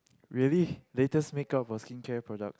really latest makeup masking chair product